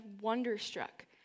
wonderstruck